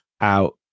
out